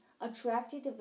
attracted